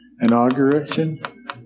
inauguration